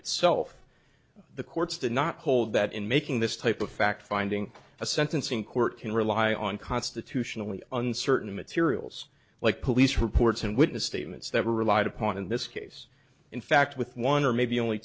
itself the courts do not hold that in making this type of fact finding a sentencing court can rely on constitutionally uncertain materials like police reports and witness statements that were relied upon in this case in fact with one or maybe only